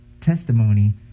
testimony